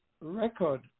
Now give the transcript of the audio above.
record